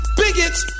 bigots